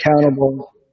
accountable